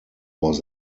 was